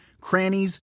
crannies